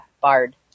Bard